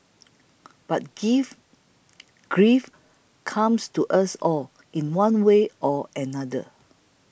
but give grief comes to us all in one way or another